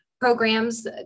programs